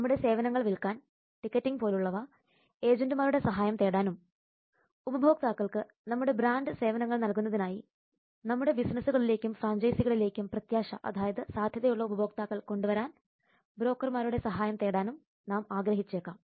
നമ്മുടെ സേവനങ്ങൾ വിൽക്കാൻ ടിക്കറ്റിംഗ് പോലുള്ളവ ഏജന്റുമാരുടെ സഹായം തേടാനും ഉപഭോക്താക്കൾക്ക് നമ്മുടെ ബ്രാൻഡ് സേവനങ്ങൾ നൽകുന്നതിനായി നമ്മുടെ ബിസിനസുകളിലേക്കും ഫ്രാഞ്ചൈസികളിലേക്കും പ്രത്യാശ അതായത് സാധ്യതയുള്ള ഉപഭോക്താക്കൾ കൊണ്ടുവരാൻ ബ്രോക്കർമാരുടെ സഹായം തേടാനും നാം ആഗ്രഹിച്ചേക്കാം